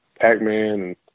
Pac-Man